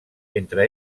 entre